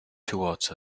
towards